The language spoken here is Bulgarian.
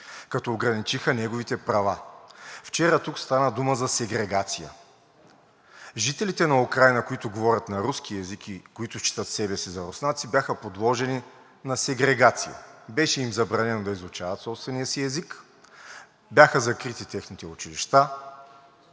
като ограничиха неговите права. Вчера тук стана дума за сегрегация. Жителите на Украйна, които говорят на руски език и които считат себе си за руснаци, бяха подложени на сегрегация. Беше им забранено да изучават собствения си език, бяха закрити техните училища,